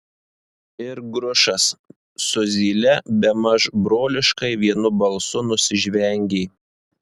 ir grušas su zyle bemaž broliškai vienu balsu nusižvengė